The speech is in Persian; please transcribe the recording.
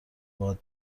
باهات